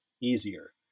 easier